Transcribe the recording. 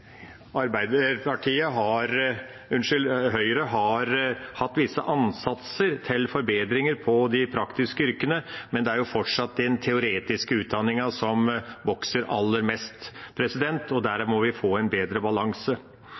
Høyre har hatt visse ansatser til forbedringer for de praktiske yrkene, men det er jo fortsatt den teoretiske utdanningen som vokser aller mest, og der må vi få en bedre balanse.